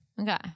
Okay